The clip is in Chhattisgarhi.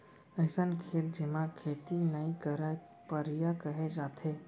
अइसन खेत जेमा खेती नइ करयँ परिया कहे जाथे